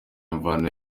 imvano